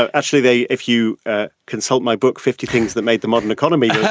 ah actually they if you ah consult my book, fifty things that made the modern economy, yeah